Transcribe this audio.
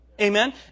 Amen